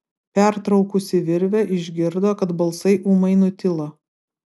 pertraukusi virvę išgirdo kad balsai ūmai nutilo